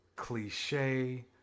Cliche